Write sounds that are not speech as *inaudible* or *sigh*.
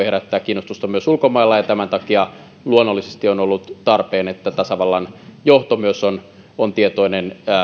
*unintelligible* herättää kiinnostusta myös ulkomailla ja tämän takia luonnollisesti on ollut tarpeen että myös tasavallan johto on on tietoinen